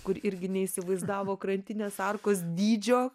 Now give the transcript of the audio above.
kur irgi neįsivaizdavo krantinės arkos dydžio